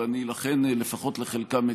ולכן לפחות לחלקם אתייחס.